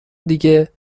دیگه